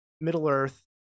Middle-Earth